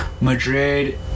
Madrid